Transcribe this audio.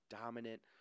dominant